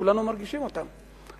כולנו מרגישים אותן,